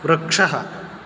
वृक्षः